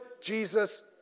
Jesus